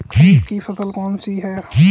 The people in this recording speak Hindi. खरीफ की फसल कौन सी है?